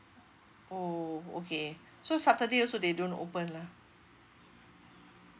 oh okay so saturday also they don't open lah